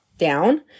down